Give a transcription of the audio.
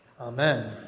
Amen